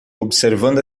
observando